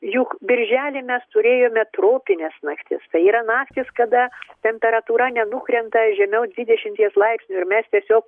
juk birželį mes turėjome tropines naktis tai yra naktys kada temperatūra nenukrenta žemiau dvidešimies laipsnių ir mes tiesiog